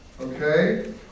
okay